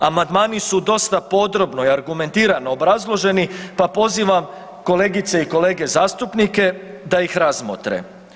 Amandmani su dosta podrobno i argumentirano obrazloženi pa pozivam kolegice i kolege zastupnike da ih razmotre.